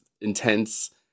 intense